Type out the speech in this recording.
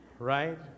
right